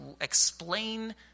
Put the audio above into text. explain